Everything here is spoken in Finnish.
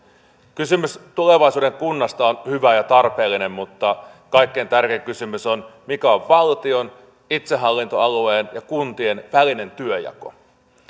kysymys tulevaisuuden kunnasta on hyvä ja tarpeellinen mutta kaikkein tärkein kysymys on mikä on valtion itsehallintoalueen ja kuntien välinen työnjako